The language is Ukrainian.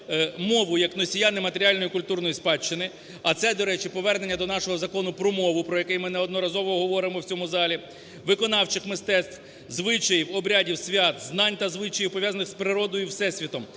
мову як носія нематеріальної культурної спадщини – а це, до речі, повернення до нашого Закону "Про мову", про який ми неодноразово говоримо в цьому залі – виконавчих мистецтв, звичаїв, обрядів, свят, знань та звичаїв, пов'язаних з природою, всесвітом,